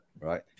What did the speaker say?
right